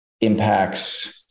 impacts